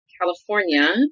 California